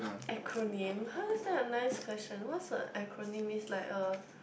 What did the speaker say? acronym how is that a nice question what's a acronym is like a